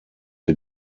wir